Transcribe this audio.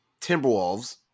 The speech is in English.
Timberwolves